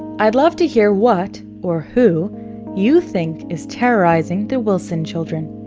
i'd love to hear what or who you think is terrorizing the wilson children.